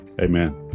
Amen